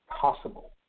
possible